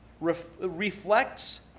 reflects